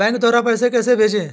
Bank द्वारा पैसे कैसे भेजें?